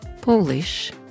Polish